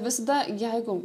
visada jeigu